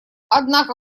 однако